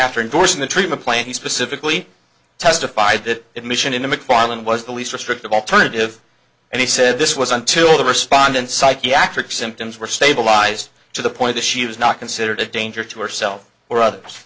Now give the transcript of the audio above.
after endorsing the treatment plan he specifically testified that it mission in the mcparland was the least restrictive alternative and he said this was until the respondent psychiatric symptoms were stabilized to the point that she was not considered a danger to herself or others